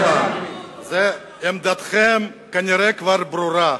בבחירות, עמדתכם כנראה כבר ברורה.